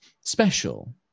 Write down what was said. special